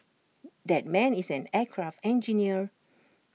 that man is an aircraft engineer